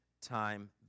time